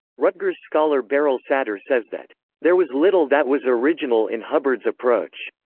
rutgers scholar beryl satter says that there was little that was original in hubbard's approach,